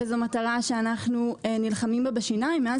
זו מטרה שאנחנו נלחמים עבורה בשיניים מאז